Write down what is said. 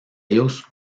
ellos